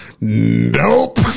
Nope